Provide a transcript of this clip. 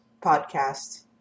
podcast